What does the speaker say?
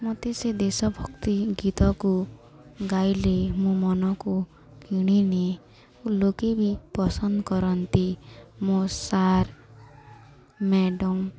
ମୋତେ ସେ ଦେଶ ଭକ୍ତି ଗୀତକୁ ଗାଇଲେ ମୋ ମନକୁ କିଣିନିଏ ଲୋକେ ବି ପସନ୍ଦ କରନ୍ତି ମୋ ସାର୍ ମ୍ୟାଡ଼ମ